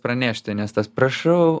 pranešti nes tas prašau